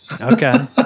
Okay